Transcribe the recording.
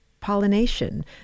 pollination